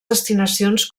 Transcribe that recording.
destinacions